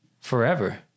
forever